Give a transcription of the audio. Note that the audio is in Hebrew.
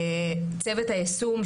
צוות היישום,